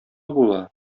була